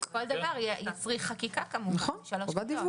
כל דבר יצריך כמובן חקיקה בשלוש קריאות.